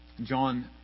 John